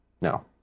No